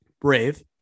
Brave